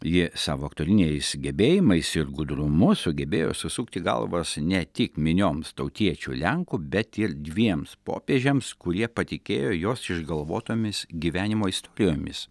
ji savo aktoriniais gebėjimais ir gudrumu sugebėjo susukti galvas ne tik minioms tautiečių lenkų bet ir dviems popiežiams kurie patikėjo jos išgalvotomis gyvenimo istorijomis